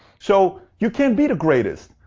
so you can't be the greatest.